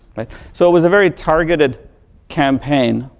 so, it was a very targeted campaign.